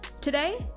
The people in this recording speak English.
today